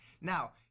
Now